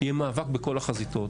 יהיה מאבק בכל החזיתות,